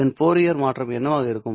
இதன் ஃபோரியர் மாற்றம் என்னவாக இருக்கும்